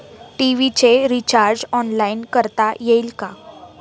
TV चे recharge online करता येईल का?